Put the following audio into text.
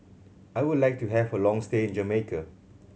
I would like to have a long stay in Jamaica